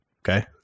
Okay